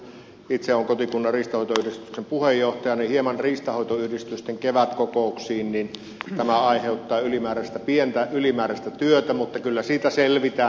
nyt kun itse olen kotikunnan riistanhoitoyhdistyksen puheenjohtajana niin hieman riistanhoitoyhdistysten kevätkokouksiin tämä aiheuttaa pientä ylimääräistä työtä mutta kyllä siitä selvitään